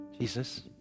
Jesus